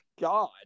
God